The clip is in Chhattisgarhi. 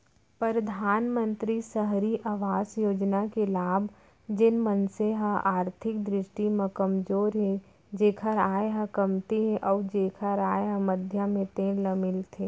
परधानमंतरी सहरी अवास योजना के लाभ जेन मनसे ह आरथिक दृस्टि म कमजोर हे जेखर आय ह कमती हे अउ जेखर आय ह मध्यम हे तेन ल मिलथे